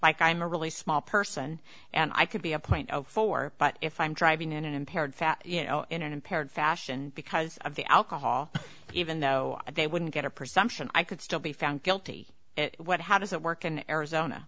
like i'm a really small person and i could be a point four but if i'm driving in an impaired fat you know in an impaired fashion because of the alcohol even though they wouldn't get a presumption i could still be found guilty what how does it work in arizona